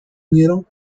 unieron